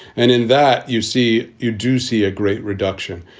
and in that, you see you do see a great reduction.